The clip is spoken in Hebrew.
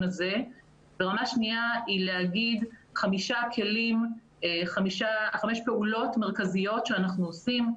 הזה ורמה שנייה היא לומר חמש פעולות מרכזיות שאנחנו עושים.